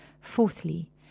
Fourthly